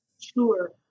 Sure